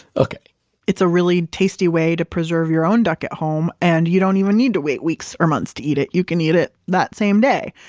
okay it's a really tasty way to preserve your own duck at home, and you don't even need to wait weeks or months to eat it. you can eat it that same day.